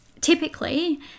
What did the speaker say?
typically